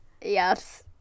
Yes